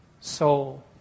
soul